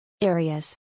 areas